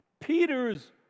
Peter's